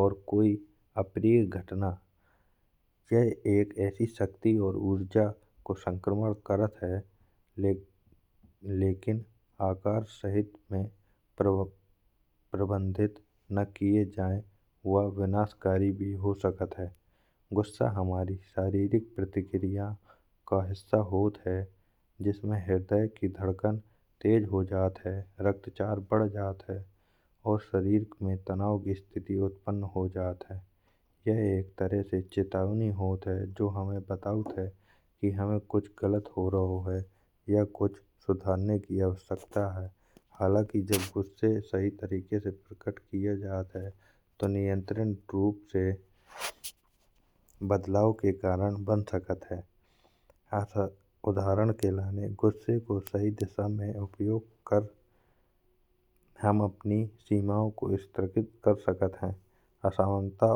और कोई अप्रिय घटना के एक ऐसी शक्ति और ऊर्जा को संक्रमण करत है। लेकिन आकर सहित में प्रबंधित न किए जाए वा विनाशकारी भी हो सकत है। गुस्सा हमारी शारीरिक प्रतिक्रिया का हिस्सा होत है। जिससे हृदय की धड़कन तेज हो जात है, रक्तचाप बढ़ जात है और शरीर में तनाव की स्थिति उत्पन्न हो जात है। यह एक तरह से चेतावनी होत है जो हमें बतावत है कि हमें कुछ गलत हो रहो है या कुछ सुधारने की आवश्यकता है। हालांकि, जब गुस्से सही तरीके से प्रकट किया जात है। तो नियंत्रण रूप से बदलाव के कारण बन सकत है। उदाहरण के ल्याने गुस्से को सही दिशा में उपयोग कर, हम अपनी सीमाओं को स्थापित कर सकत है । असमानता और अन्याय के खिलाफ आवाज उठा सकत है या अपने लक्ष्य की ओर दृढ़ रह सकत है।